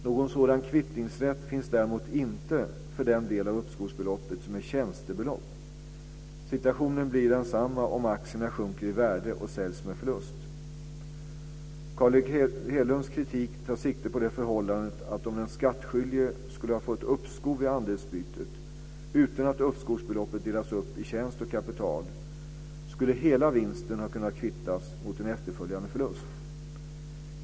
Någon sådan kvittningsrätt finns däremot inte för den del av uppskovsbeloppet som är tjänstebelopp. Situationen blir densamma om aktierna sjunker i värde och säljs med förlust. Carl Erik Hedlunds kritik tar sikte på det förhållandet att om den skattskyldige skulle ha fått uppskov vid andelsbytet utan att uppskovsbeloppet delats upp i tjänst och kapital skulle hela vinsten ha kunnat kvittas mot en efterföljande förlust.